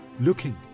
looking